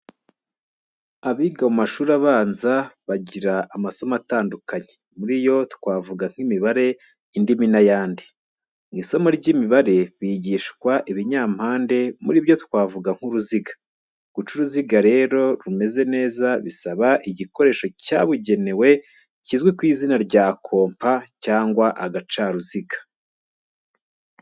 Abiga mumashuri abanza bagira amasomo atandukanye, muri yo twavuga nk'imibare, indimi n'ayandi. Mu isomo ry'imibare bigishwa ibinyampande muri byo twavugamo nk'uruziga. Guca uruziga rero rumeze neza bisaba igikoresho cyabugenewe kizwi ku izina rya kompa cyangwa agacaruziga.